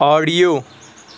audio